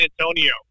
Antonio